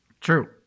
True